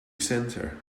center